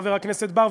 חבר הכנסת בר,